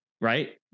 right